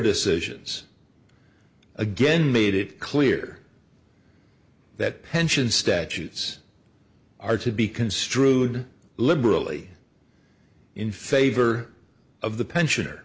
decisions again made it clear that pension statutes are to be construed liberally in favor of the pension or